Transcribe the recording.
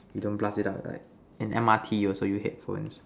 you don't blast it out right in M_R_T you also use headphones